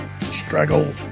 Struggle